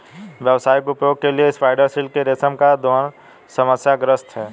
व्यावसायिक उपयोग के लिए स्पाइडर सिल्क के रेशम का दोहन समस्याग्रस्त है